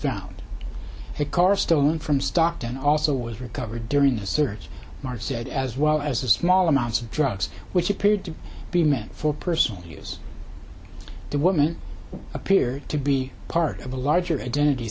the car stolen from stockton also was recovered during the search maher said as well as a small amounts of drugs which appeared to be meant for personal use the woman appeared to be part of a larger identity